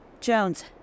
Jones